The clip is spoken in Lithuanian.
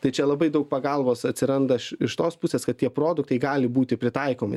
tai čia labai daug pagalbos atsiranda iš tos pusės kad tie produktai gali būti pritaikomi